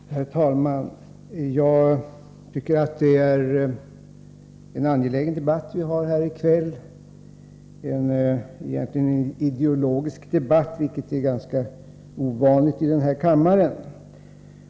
Herr talman! Jag tycker att det är en angelägen debatt vi har här i kväll. Det är egentligen en ideologisk debatt, något som är ganska ovanligt i den här kammaren.